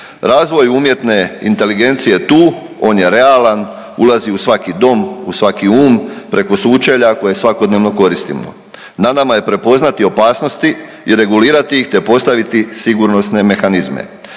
Razvoj umjetne inteligencije je tu, on je realan, ulazi u svaki dom, u svaki um preko sučelja koje svakodnevno koristimo. Na nama je prepoznati opasnosti i regulirati ih, te postaviti sigurnosne mehanizme,